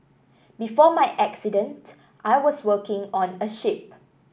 before my accident I was working on a ship